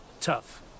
Tough